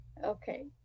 Okay